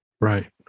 Right